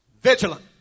vigilant